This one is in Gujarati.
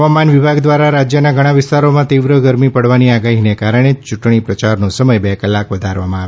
હવામાન વિભાગ દ્વારા રાજ્યના ઘણા વિસ્તારોમાં તીવ્ર ગરમી પડવાની આગાહીને કારણે યૂંટણી પ્રચારનો સમય બે કલાક વધારવામાં આવ્યો છે